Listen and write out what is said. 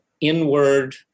inward